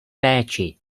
péči